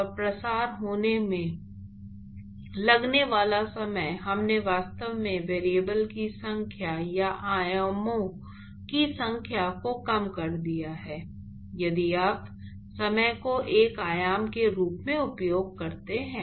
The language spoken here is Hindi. और प्रसार होने में लगने वाला समय हमने वास्तव में वेरिएबल की संख्या या आयामों की संख्या को कम कर दिया है यदि आप समय को एक आयाम के रूप में उपयोग करते हैं